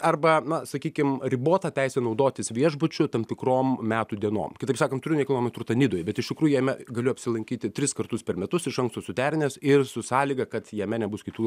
arba na sakykim ribota teisė naudotis viešbučiu tam tikrom metų dienom kitaip sakant turiu nekilnojamą turtą nidoj bet iš tikrųjų jame galiu apsilankyti tris kartus per metus iš anksto suderinęs ir su sąlyga kad jame nebus kitų